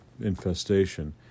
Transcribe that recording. infestation